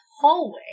hallway